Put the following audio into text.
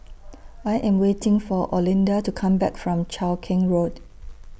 I Am waiting For Olinda to Come Back from Cheow Keng Road